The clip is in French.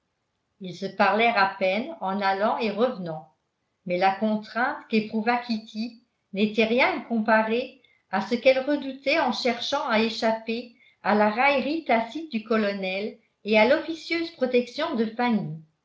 ils se parlèrent à peine en allant et revenant mais la contrainte qu'éprouva kitty n'était rien comparée à ce qu'elle redoutait en cherchant à échapper à la raillerie tacite du colonel et à l'officieuse protection de fanny